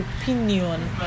opinion